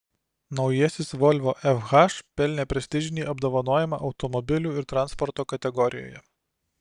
naujasis volvo fh pelnė prestižinį apdovanojimą automobilių ir transporto kategorijoje